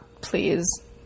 Please